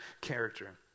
character